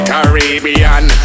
Caribbean